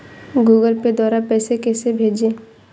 Google Pay द्वारा पैसे कैसे भेजें?